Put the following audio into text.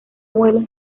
vuelos